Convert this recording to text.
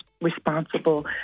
responsible